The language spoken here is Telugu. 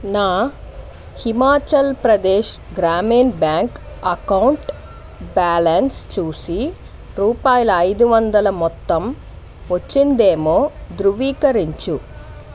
నా Himachal Pradesh Gramin bank account balance చూసి రూపాయలు ఐదు వందల మొత్తం వచ్చిందేమో ధృవీకరించు